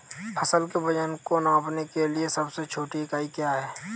फसल के वजन को नापने के लिए सबसे छोटी इकाई क्या है?